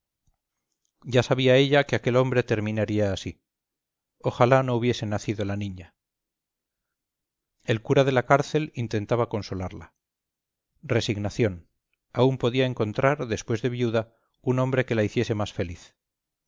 ya sabía ella que aquel hombre terminaría así ojalá no hubiese nacido la niña el cura de la cárcel intentaba consolarla resignación aún podía encontrar después de viuda un hombre que la hiciese más feliz